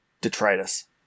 Detritus